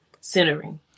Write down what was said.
centering